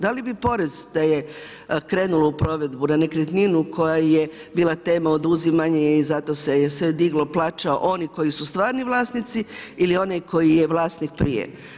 Da li bi porez da je krenulo u provedbu na nekretninu koja je bila tema oduzimanje i zato se je sve diglo, … oni koji su stvarni vlasnici ili onaj koji je vlasnik prije.